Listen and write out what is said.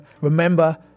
remember